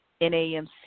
NAMC